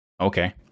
Okay